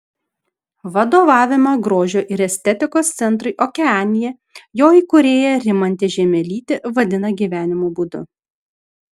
vadovavimą grožio ir estetikos centrui okeanija jo įkūrėja rimantė žiemelytė vadina gyvenimo būdu